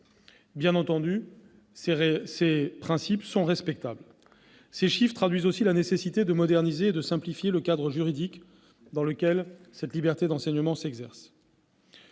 une réalité. Ces principes sont évidemment respectables. Ces chiffres traduisent aussi la nécessité de moderniser et de simplifier le cadre juridique dans lequel cette liberté d'enseignement s'exerce.